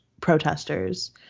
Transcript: protesters